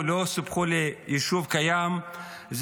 סופחו ליישוב קיים,